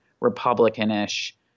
Republican-ish